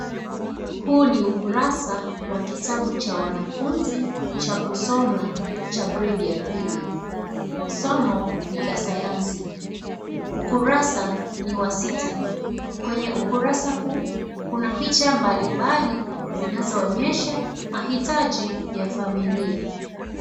Huu ni ukurasa wa kitabu cha wanafunzi cha kusoma cha gradi ya pili. Somo ni la sayansi. Ukurasa ni wa sita. Kwenye ukurasa huu, kuna picha mbali mbali zinazoonyesha mahitaji ya familia.